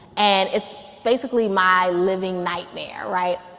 and it's basically my living nightmare, right?